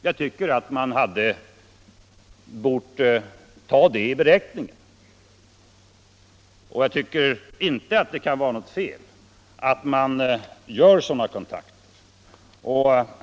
Jag tycker man hade bort ta med detta i beräkningen, och det kan väl inte vara något fel att ha sådana kontakter.